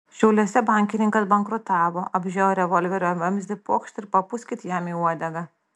šiauliuose bankininkas bankrutavo apžiojo revolverio vamzdį pokšt ir papūskit jam į uodegą